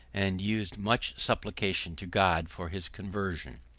and used much supplication to god for his conversion.